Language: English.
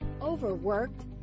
Overworked